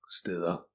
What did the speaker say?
steder